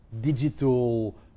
digital